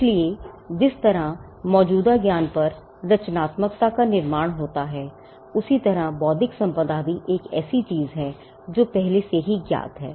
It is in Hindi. इसलिए जिस तरह मौजूदा ज्ञान पर रचनात्मकता का निर्माण होता है उसी तरह बौद्धिक संपदा भी एक ऐसी चीज है जो पहले से ही ज्ञात है